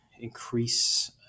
increase